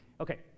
Okay